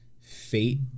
fate